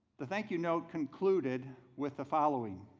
the thank you note concluded with the following